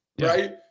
Right